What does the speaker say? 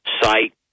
site